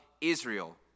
Israel